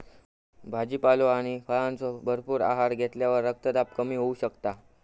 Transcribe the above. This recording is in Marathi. भाजीपालो आणि फळांचो भरपूर आहार घेतल्यावर रक्तदाब कमी होऊ शकता